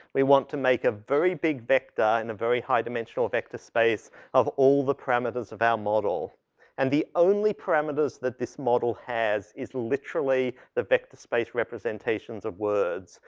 we want to make a very big vector in a very high-dimensional vector space of all the parameters of our model and the only parameters that this model has is literally the vector space representations of words.